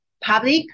public